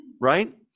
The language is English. right